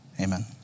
Amen